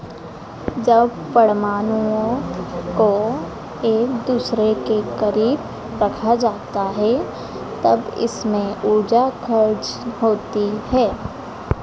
जब परमाणुओं को एक दूसरे के करीब रखा जाता है तब इसमें ऊर्जा खर्च होती है